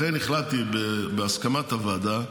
בהסכמת הוועדה,